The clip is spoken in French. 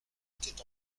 était